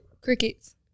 crickets